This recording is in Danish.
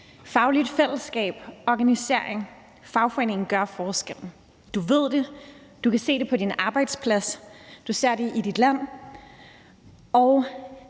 Fagligt fællesskab, organisering og fagforening gør forskellen. Du ved det. Du kan se det på din arbejdsplads, du ser det i dit land,